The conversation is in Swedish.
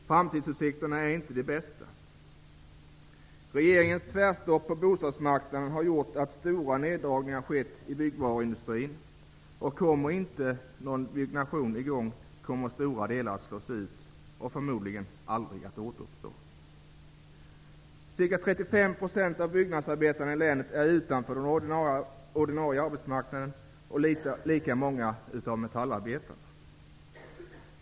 Framtidsutsikterna är inte de bästa. Regeringens tvärstopp på byggmarknaden har gjort att stora neddragningar har skett inom byggvaruindustrin. Om det inte kommer i gång någon byggnation, kommer stora delar att slås ut och förmodligen aldrig att återuppstå. Ca 35 % av byggnadsarbetarna befinner sig utanför den ordinarie arbetsmarknaden, och det förhåller sig likadant med metallarbetarna.